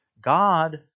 God